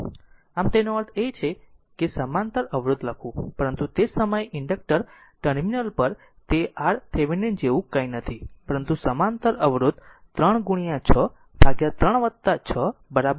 આમ તેનો અર્થ એ છે કે સમાંતર અવરોધ લખવું પરંતુ તે જ સમયે ઇન્ડકટર ટર્મિનલ પર તે આ R એવેનિન જેવું કંઈ નથી પરંતુ 2 સમાંતર અવરોધ 3 6 ભાગ્યા 3 6 2 Ω છે